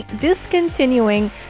discontinuing